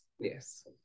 yes